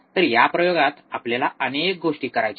तर या प्रयोगात आपल्याला अनेक गोष्टी करायच्या आहेत